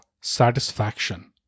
satisfaction